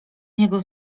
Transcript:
niego